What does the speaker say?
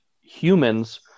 humans